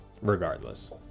regardless